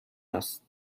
است